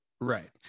Right